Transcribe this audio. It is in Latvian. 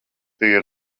tie